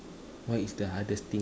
what is the hardest thing